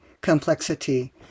complexity